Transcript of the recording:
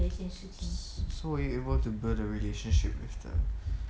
so were you able to build the relationship with the